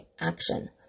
action